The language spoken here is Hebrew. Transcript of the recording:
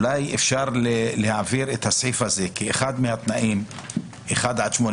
אולי אפשר להעביר את הסעיף הזה כאחד התנאים (1) עד (8),